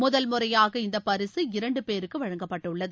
முதல் முறையாக இந்தப் பரிசு இரண்டு பேருக்கு வழங்கப்பட்டுள்ளது